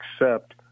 accept